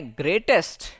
greatest